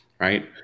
right